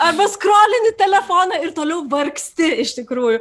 arba skrolini telefoną ir toliau vargsti iš tikrųjų